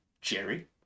Jerry